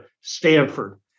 Stanford